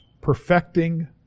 perfecting